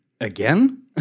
Again